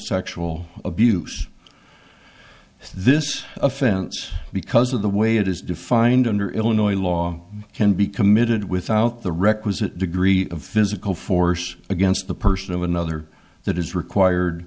sexual abuse this offense because of the way it is defined under illinois law can be committed without the requisite degree of physical force against the person of another that is required